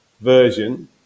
version